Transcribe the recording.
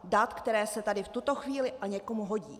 Dat, která se tady v tuto chvíli a někomu hodí.